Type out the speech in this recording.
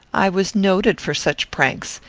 i was noted for such pranks,